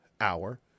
hour